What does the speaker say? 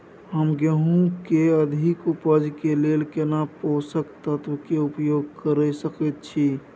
हम गेहूं के अधिक उपज के लेल केना पोषक तत्व के उपयोग करय सकेत छी?